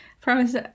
promise